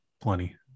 plenty